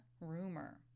Rumor